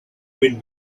wind